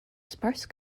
sparse